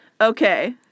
Okay